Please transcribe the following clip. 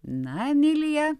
na emilija